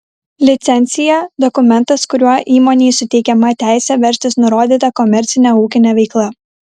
licencija dokumentas kuriuo įmonei suteikiama teisė verstis nurodyta komercine ūkine veikla